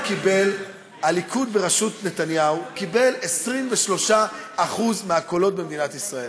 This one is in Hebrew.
הליכוד בראשות נתניהו קיבל 23% מהקולות במדינת ישראל,